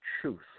truth